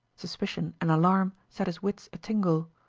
suspicion and alarm set his wits a-tingle.